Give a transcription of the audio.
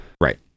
right